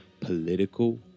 political